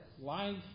Life